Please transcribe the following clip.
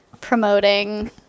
promoting